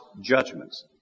judgments